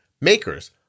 makers